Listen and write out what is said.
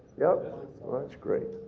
yep? that's great.